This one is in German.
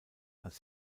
als